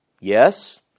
yes